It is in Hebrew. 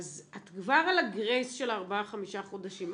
אז את כבר על הגרייס של ארבעה-חמישה חודשים,